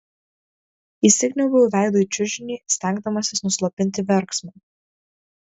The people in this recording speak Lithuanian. įsikniaubiau veidu į čiužinį stengdamasis nuslopinti verksmą